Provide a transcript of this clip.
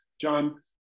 John